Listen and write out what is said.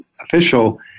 official